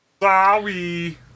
Sorry